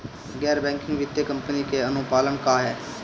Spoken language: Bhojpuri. गैर बैंकिंग वित्तीय कंपनी के अनुपालन का ह?